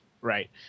Right